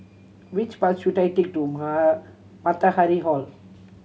which bus should I take to Matahari Hall